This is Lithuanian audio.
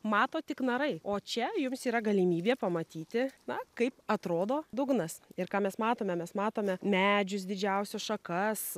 mato tik narai o čia jums yra galimybė pamatyti na kaip atrodo dugnas ir ką mes matome mes matome medžius didžiausias šakas